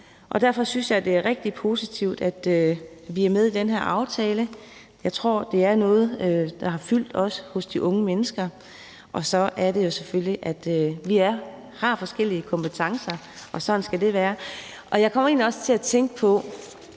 Derfor synes jeg, det er rigtig positivt, at vi er med i den her aftale. Jeg tror, det er noget, der har fyldt hos de unge mennesker. Og så er det jo selvfølgelig også sådan, at vi har forskellige kompetencer, og sådan skal det være. Jeg kommer egentlig også til at tænke på